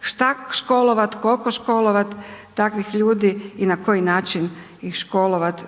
šta školovat, koliko školovat takvih ljudi i na koji način ih školovat